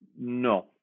No